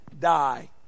die